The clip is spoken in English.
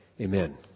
amen